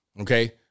Okay